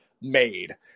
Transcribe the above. made